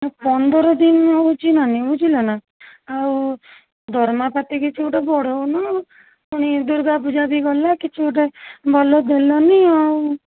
ପନ୍ଦର ଦିନ ହଉଛି ନାନୀ ବୁଝିଲ ନା ଆଉ ଦରମା ପାତି କିଛି ଗୋଟେ ବଢ଼ାଉନ ପୁଣି ଦୁର୍ଗା ପୂଜା ବି ଗଲା କିଛି ଗୋଟେ ଗଲ ଦେଲନି ଆଉ